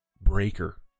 Breaker